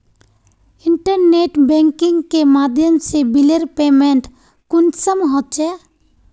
Internet banking के माध्यम से बिलेर पेमेंट कुंसम होचे?